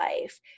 life